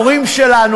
ההורים שלנו,